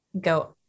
go